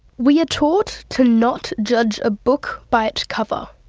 we are taught to not judge a book by its cover.